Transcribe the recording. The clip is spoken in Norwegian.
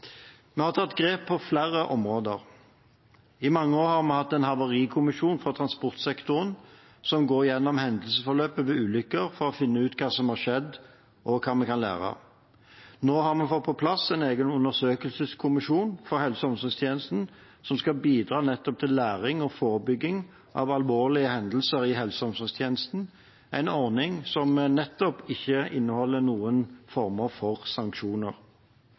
Vi har tatt grep på flere områder: I mange år har vi hatt en havarikommisjon for transportsektoren som går gjennom hendelsesforløpet ved ulykker for å finne ut hva som har skjedd, og hva vi kan lære. Nå har vi fått på plass en egen undersøkelseskommisjon for helse- og omsorgstjenesten som skal bidra nettopp til læring og forebygging av alvorlige hendelser i helse- og omsorgstjenesten, en ordning som nettopp ikke inneholder noen former for sanksjoner.